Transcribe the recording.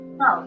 no